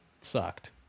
sucked